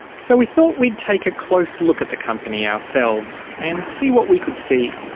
so we thought we'd take a close look at the company ourselves and see what we could see.